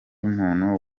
muntu